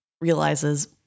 realizes